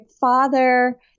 father